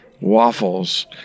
waffles